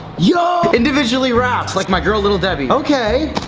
yoooo! individually wrapped! like my girl little debbie. okay,